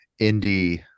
indie